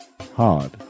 hard